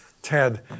Ted